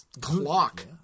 clock